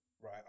right